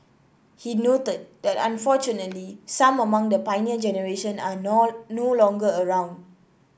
he noted that unfortunately some among the Pioneer Generation are now no longer around